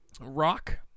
Rock